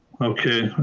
okay.